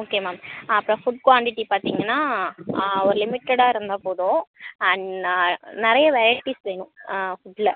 okay ma'am அப்போ food quantity பார்த்திங்கன்னா ஒரு லிமிட்டெடாக இருந்தால் போதும் அண்ட் நிறைய வெரைட்டிஸ் வேணும் ஃபுட்டில்